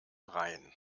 rhein